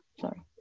Sorry